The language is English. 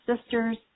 sisters